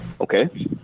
Okay